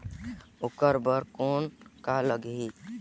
ओकर बर कौन का लगी?